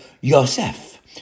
Yosef